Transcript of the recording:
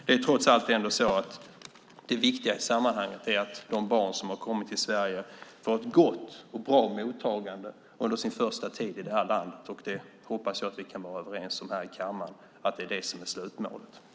Det viktiga i sammanhanget är trots allt att de barn som har kommit till Sverige får ett gott och bra mottagande under sin första tid i det här landet. Jag hoppas att vi kan vara överens här i kammaren om att det är det som är slutmålet.